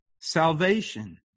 Salvation